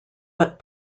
but